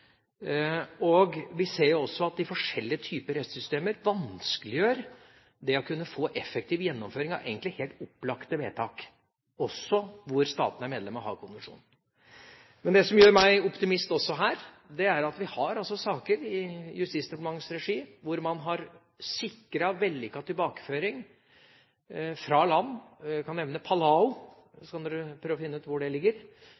Vi ser også at de forskjellige typer rettssystemer vanskeliggjør det å kunne få effektiv gjennomføring av egentlig helt opplagte vedtak, også der statene er medlem av Haagkonvensjonen. Men det som gjør meg optimistisk også her, er at det er saker i Justisdepartementets regi der man har sikret vellykket tilbakeføring fra land, jeg kan nevne Palau – dere kan prøve å finne ut hvor det ligger